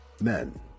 Men